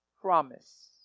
promise